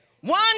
One